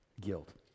guilt